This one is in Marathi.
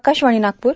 आकाशवाणी नागपूर